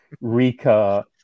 Rika